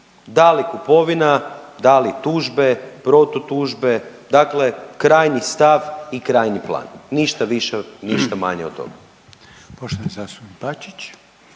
da li kupovina, da li tužbe, protutužbe dakle krajnji stav i krajnji plan, ništa više i ništa manje od toga.